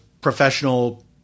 professional